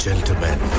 Gentlemen